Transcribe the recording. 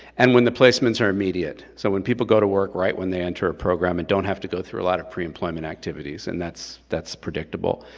and when the placements are immediate. so when people go to work right when they enter a program and don't have to go through a lot of pre-employment activities, and that's that's predictable.